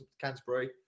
Canterbury